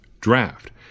draft